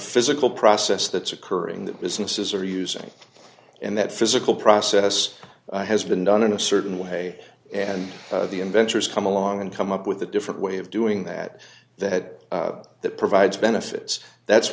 professional process that's occurring that businesses are using and that physical process has been done in a certain way and the inventors come along and come up with a different way of doing that that that provides benefits that's